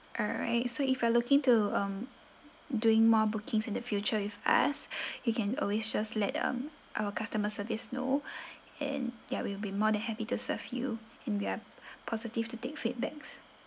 alright so if you are looking to um doing more bookings in the future with us you can always just let um our customer service know and ya we'll be more than happy to serve you and we are positive to take feedbacks